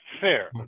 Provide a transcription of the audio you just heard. fair